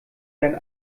deinen